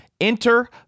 Enter